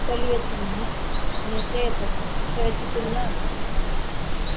சொல்லி வச்சிருங்க சரித்த சரி சரி வச்சிர்ட்டுங்களா ம்